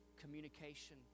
communication